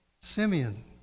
Simeon